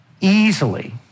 easily